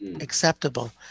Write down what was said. acceptable